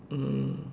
mm